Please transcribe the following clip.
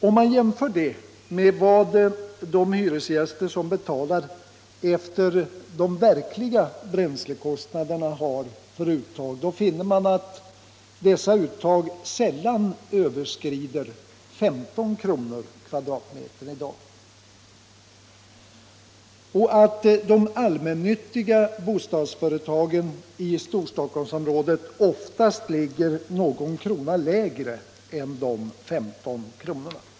Om man jämför det med vad de hyresgäster som betalar efter de verkliga bränslekostnaderna har för uttag finner man att dessa uttag sällan överskrider 15 kr. m”, och att de allmännyttiga bostadsföretagen i Storstockholmsområdet oftast ligger någon krona lägre.